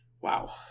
Wow